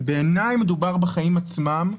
בעיניי מדובר בחיים עצמם.